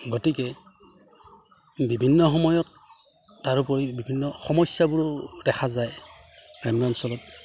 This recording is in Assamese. গতিকে বিভিন্ন সময়ত তাৰোপৰি বিভিন্ন সমস্যাবোৰ দেখা যায় গ্ৰাম্য অঞ্চলত